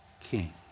king